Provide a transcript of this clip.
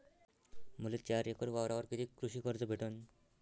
मले चार एकर वावरावर कितीक कृषी कर्ज भेटन?